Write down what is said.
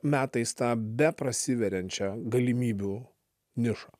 metais tą beprasiveriančią galimybių nišą